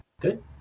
good